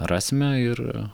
rasime ir